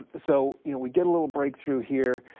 ah so you know we get a little break through here.